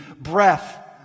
breath